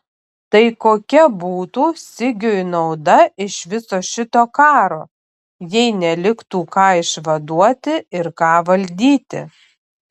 tai kokia būtų sigiui nauda iš viso šito karo jei neliktų ką išvaduoti ir ką valdyti